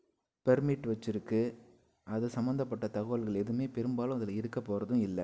permit வச்சுருக்கு அது சம்மந்தப்பட்ட தகவல்கள் எதுவுமே பெரும்பாலும் அதில் இருக்கப் போவதும் இல்லை